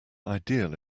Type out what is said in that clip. ideal